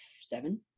seven